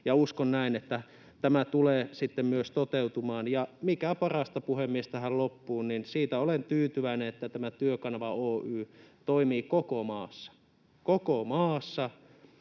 uskon näin, että tämä tulee sitten myös toteutumaan. Mikä on parasta, puhemies, tähän loppuun: siitä olen tyytyväinen, että tämä Työkanava Oy toimii koko maassa ja